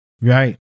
Right